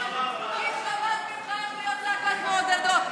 קיש למד ממך איך להיות להקת מעודדות.